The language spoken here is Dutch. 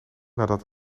nadat